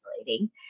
isolating